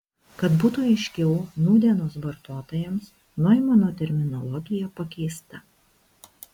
kad būtų aiškiau nūdienos vartotojams noimano terminologija pakeista